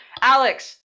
Alex